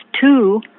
two